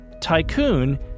tycoon